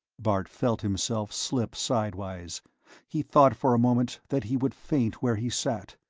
bart felt himself slip sidewise he thought for a moment that he would faint where he sat.